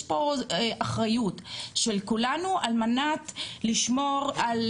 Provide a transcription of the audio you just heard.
יש פה אחריות של כולנו על מנת לשמור על